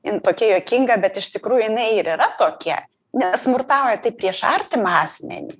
jin tokia juokinga bet iš tikrųjų jinai ir yra tokia nes smurtauja prieš artimą asmenį